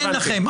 אין לכם.